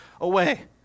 away